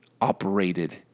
operated